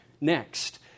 next